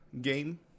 game